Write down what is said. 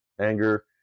anger